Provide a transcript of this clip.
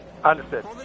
Understood